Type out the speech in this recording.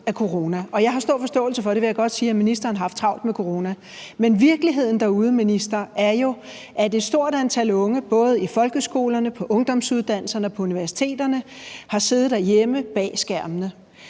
jeg har stor forståelse for, at ministeren har haft travlt med corona, men virkeligheden derude, minister, er jo, at et stort antal unge både i folkeskolerne, på ungdomsuddannelserne og på universiteterne har siddet derhjemme bag skærmene.